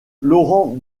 laurent